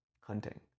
hunting